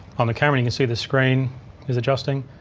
on the camera you can see the screen is adjusting.